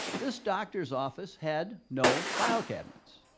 this doctor's office had no file cabinets.